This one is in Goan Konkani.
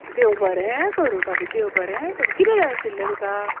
देव बरें करूं भाभी देव बरें करूं कितें जाय आशिल्लें तुका